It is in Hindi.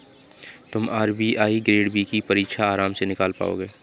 तुम आर.बी.आई ग्रेड बी की परीक्षा आराम से निकाल पाओगे